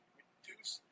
reduce